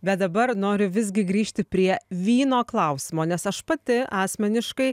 bet dabar noriu visgi grįžti prie vyno klausimo nes aš pati asmeniškai